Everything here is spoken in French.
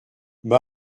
ben